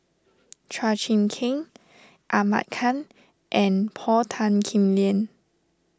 Chua Chim Kang Ahmad Khan and Paul Tan Kim Liang